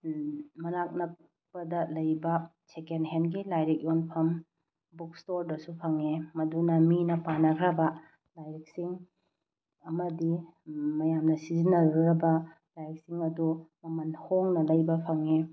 ꯃꯅꯥꯛ ꯅꯛꯄꯗ ꯂꯩꯕ ꯁꯦꯀꯦꯟ ꯍꯦꯟꯒꯤ ꯂꯥꯏꯔꯤꯛ ꯌꯣꯟꯐꯝ ꯕꯨꯛ ꯏꯁꯇꯣꯔꯗꯁꯨ ꯐꯪꯉꯤ ꯃꯗꯨꯅ ꯃꯤꯅ ꯄꯥꯅꯈ꯭ꯔꯕ ꯂꯥꯏꯔꯤꯛꯁꯤꯡ ꯑꯃꯗꯤ ꯃꯌꯥꯝꯅ ꯁꯤꯖꯤꯟꯅꯔꯨꯔꯕ ꯂꯥꯏꯔꯤꯛꯁꯤꯡ ꯑꯗꯨ ꯃꯃꯜ ꯍꯣꯡꯅ ꯂꯩꯕ ꯐꯪꯉꯤ